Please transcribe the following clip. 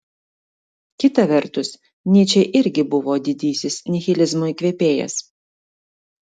kita vertus nyčė irgi buvo didysis nihilizmo įkvėpėjas